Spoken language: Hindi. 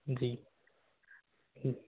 जी हम